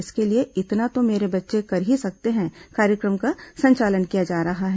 इसके लिए इतना तो मेरे बच्चे कर ही सकते हैं कार्यक्रम का संचालन किया जा रहा है